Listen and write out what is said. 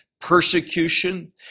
persecution